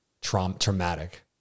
traumatic